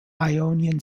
ionian